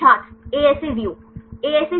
छात्र ASA View